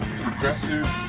progressive